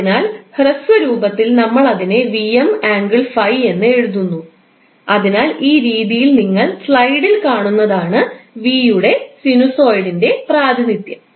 അതിനാൽ ഹ്രസ്വ രൂപത്തിൽ നമ്മൾ അതിനെ എന്ന് എഴുതുന്നു അതിനാൽ ഈ രീതിയിൽ നിങ്ങൾ സ്ലൈഡിൽ കാണുന്നതാണ് യുടെ സിനുസോയിഡിന്റെ പ്രാതിനിധ്യം